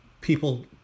people